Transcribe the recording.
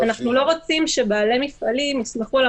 אתה יודע שאני אוהב את העיר